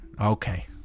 okay